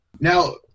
now